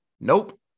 nope